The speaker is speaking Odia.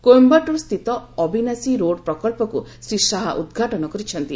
କୋଇମ୍ଘାଟୁର ସ୍ଥିତ ଅବିନାଶି ରୋଡ୍ ପ୍ରକଳ୍ପକ୍ ଶ୍ରୀ ଶାହା ଉଦ୍ଘାଟନ କରିଛନ୍ତି